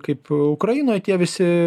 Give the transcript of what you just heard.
kaip ukrainoj tie visi